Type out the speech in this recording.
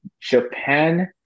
Japan